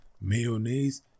mayonnaise